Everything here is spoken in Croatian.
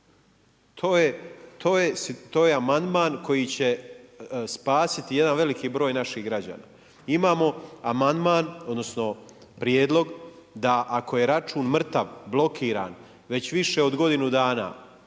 To je amandman koji će spasiti jedan veliki broj naših građana. Imamo amandman, odnosno prijedlog da ako je račun mrtav, blokiran, već više od godinu dana,